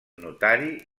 notari